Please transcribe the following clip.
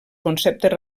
conceptes